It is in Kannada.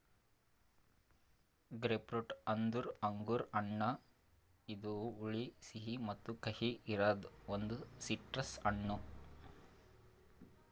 ಗ್ರೇಪ್ಫ್ರೂಟ್ ಅಂದುರ್ ಅಂಗುರ್ ಹಣ್ಣ ಇದು ಹುಳಿ, ಸಿಹಿ ಮತ್ತ ಕಹಿ ಇರದ್ ಒಂದು ಸಿಟ್ರಸ್ ಹಣ್ಣು